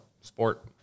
Sport